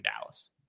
Dallas